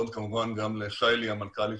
כמובן גם לשי-לי המנכ"לית,